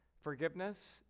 Forgiveness